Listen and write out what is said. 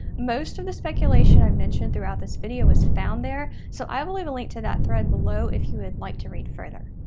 most of the speculation i've mentioned throughout this video was found there, so i will leave a link to that thread below if you would like to read further.